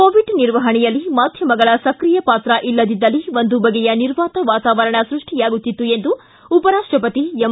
Covid ನಿರ್ವಪಣೆಯಲ್ಲಿ ಮಾಧ್ಯಮಗಳ ಸ್ಕ್ರೀಯ ಪಾತ್ರ ಇಲ್ಲದ್ದಿದಲ್ಲಿ ಒಂದು ಬಗೆಯ ನಿರ್ವಾತ ವಾತಾವಣರಣ ಸೃಷ್ಟಿಯಾಗುತ್ತಿತ್ತು ಎಂದು ಉಪರಾಷ್ಟಪತಿ ಎಂ